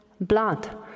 blood